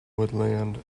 woodland